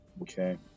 Okay